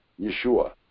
Yeshua